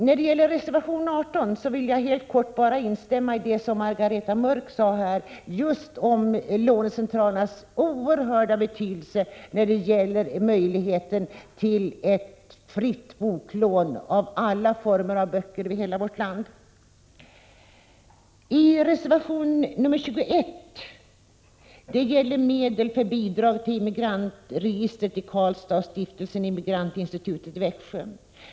När det gäller reservation 18 vill jag bara instämma i det som Margareta Mörck sade om just lånecentralernas oerhörda betydelse för möjligheten till avgiftsfria lån av alla former av böcker i hela vårt land. Reservation 21 gäller medel för bidrag till Emigrantregistret i Karlstad och Stiftelsen Emigrantinstitutet i Växjö.